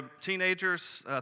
teenagers